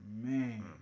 man